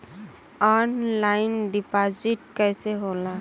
Online deposit कैसे होला?